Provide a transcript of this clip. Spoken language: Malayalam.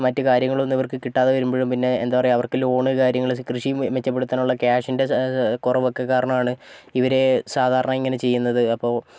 മറ്റു കാര്യങ്ങളൊന്നും ഇവർക്ക് കിട്ടാതെ വരുമ്പോഴും പിന്നെ എന്താ പറയാ അവർക്ക് ലോണ് കാര്യങ്ങൾ കൃഷി മെച്ചപ്പെടുത്താനുള്ള ക്യാഷിൻ്റെ കുറവൊക്കെ കാരണമാണ് ഇവർ സാധാരണ ഇങ്ങനെ ചെയ്യുന്നത് അപ്പോൾ